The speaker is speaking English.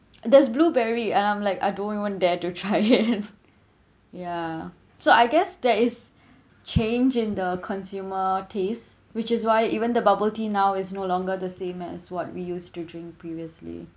there's blueberry and I'm like I don't even dare to try it ya so I guess there is change in the consumer taste which is why even the bubble tea now is no longer the same as what we used to drink previously